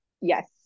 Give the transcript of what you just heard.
Yes